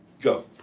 Go